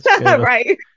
Right